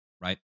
right